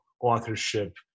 authorship